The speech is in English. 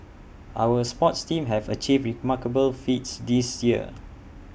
our sports teams have achieved remarkable feats this year